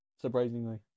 Surprisingly